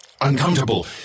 uncomfortable